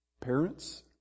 Parents